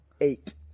eight